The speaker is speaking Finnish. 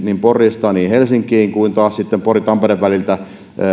niin pori helsinki väliltä kuin pori tampere väliltä